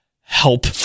Help